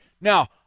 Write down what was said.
Now